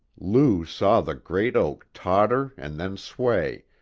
lou saw the great oak totter and then sway,